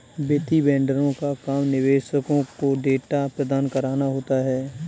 वित्तीय वेंडरों का काम निवेशकों को डेटा प्रदान कराना होता है